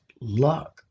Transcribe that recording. luck